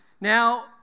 Now